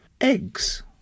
Eggs